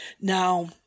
Now